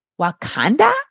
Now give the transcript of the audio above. Wakanda